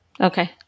Okay